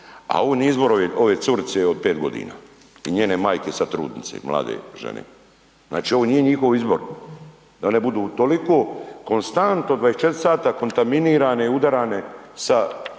nije izbor ove curice od 5 godina i njene majke sada trudnice mlade žene. Znači ovo nije njihov izbor da one budu toliko konstantno 24 sata kontaminirane, udarane sa